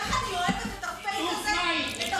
איך אני אוהבת את הפייק הזה,